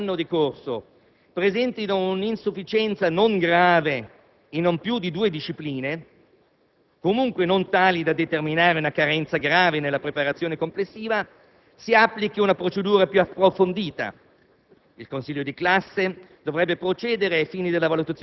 che, nei confronti degli alunni i quali, al termine dell'ultimo anno di corso, presentino un'insufficienza non grave in non più di due discipline, comunque non tale da determinare una carenza grave nella preparazione complessiva, si applichi una procedura più approfondita.